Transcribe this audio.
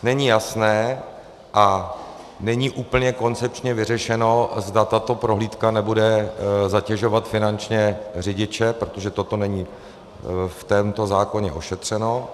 Není jasné a není úplně koncepčně vyřešeno, zda tato prohlídka nebude zatěžovat finančně řidiče, protože toto není v tomto zákoně ošetřeno.